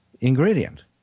ingredient